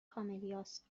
کاملیاست